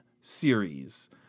series